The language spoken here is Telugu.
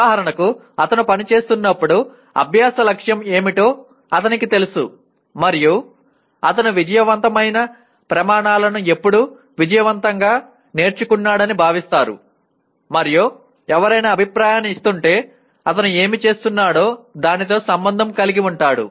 ఉదాహరణకు అతను పని చేస్తున్నప్పుడు అభ్యాస లక్ష్యం ఏమిటో అతనికి తెలుసు మరియు అతను విజయవంతమైన ప్రమాణాలను ఎప్పుడు విజయవంతంగా నేర్చుకున్నాడని భావిస్తారు మరియు ఎవరైనా అభిప్రాయాన్ని ఇస్తుంటే అతను ఏమి చేస్తున్నాడో దానితో సంబంధం కలిగి ఉంటాడు